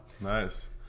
nice